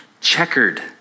checkered